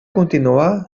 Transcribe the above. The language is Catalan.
continuar